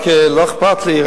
לא אכפת לי,